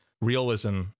realism